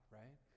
right